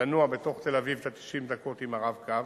לנוע בתוך תל-אביב 90 דקות עם ה"רב-קו",